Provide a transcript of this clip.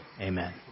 amen